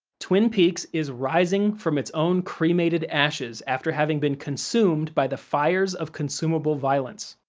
twin peaks is rising from its own cremated ashes after having been consumed by the fires of consumable violence.